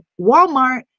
Walmart